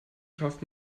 schafft